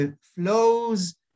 flows